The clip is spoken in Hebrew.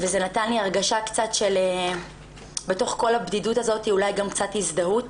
וזה נתן לי הרגשה קצת שבתוך הבדידות הזאת אולי גם קצת הזדהות